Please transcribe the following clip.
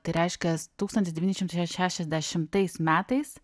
tai reiškias tūkstantis devyni šimtai šešiasdešimtais metais